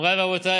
מוריי ורבותיי,